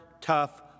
tough